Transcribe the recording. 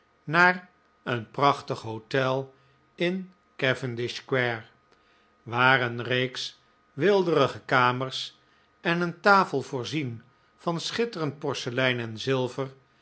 p een prachtig hotel in cavendish square waar een reeks weelderige kamers en p p een tafel voorzien van schitterend porselein en zilver